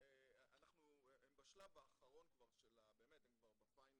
הן בשלב האחרון של האישור.